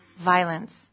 violence